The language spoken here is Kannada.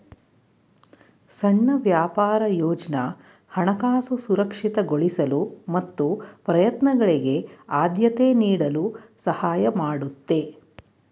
ಸಣ್ಣ ವ್ಯಾಪಾರ ಯೋಜ್ನ ಹಣಕಾಸು ಸುರಕ್ಷಿತಗೊಳಿಸಲು ಮತ್ತು ಪ್ರಯತ್ನಗಳಿಗೆ ಆದ್ಯತೆ ನೀಡಲು ಸಹಾಯ ಮಾಡುತ್ತೆ